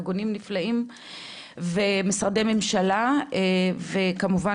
הארגונים הנפלאים ומשרדי הממשלה וכמובן